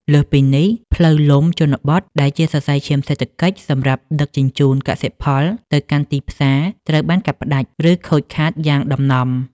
លើសពីនេះ ផ្លូវលំជនបទដែលជាសរសៃឈាមសេដ្ឋកិច្ចសម្រាប់ដឹកជញ្ជូនកសិផលទៅកាន់ទីផ្សារ ត្រូវបានកាត់ផ្ដាច់ ឬខូចខាតយ៉ាងដំណំ។